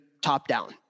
top-down